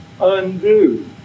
undo